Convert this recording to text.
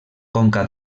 conca